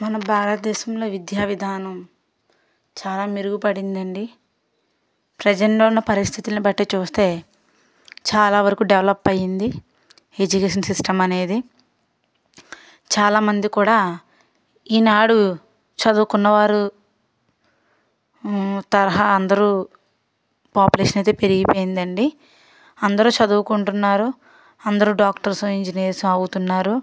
మన భారతదేశంలో విద్యా విధానం చాలా మెరుగుపడిందండీ ప్రజల్లో ఉన్న పరిస్థితులను బట్టి చూస్తే చాలా వరకు డెవలప్ అయ్యింది ఎడ్యుకేషన్ సిస్టం అనేది చాలామంది కూడా ఈనాడు చదువుకున్న వారు తరహా అందరూ పాపులేషన్ అయితే పెరిగిపోయిందండి అందరూ చదువుకుంటున్నారు అందరూ డాక్టర్స్ ఇంజనీర్స్ అవుతున్నారు